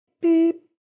beep